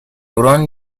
hurón